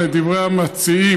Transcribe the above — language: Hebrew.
לדברי המציעים,